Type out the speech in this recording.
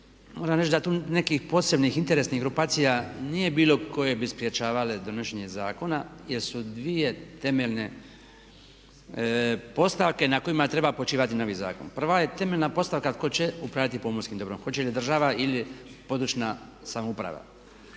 moram reći da tu nekih posebnih interesnih grupacija nije bilo koje bi sprječavale donošenje zakona jer su dvije temeljne postavke na kojima treba počivati novi zakon. Prva je temeljna postavka tko će upravljati pomorskim dobrom? Hoće li država ili područna samouprava?